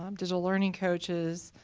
um digital learning coaches,